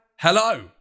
Hello